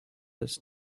its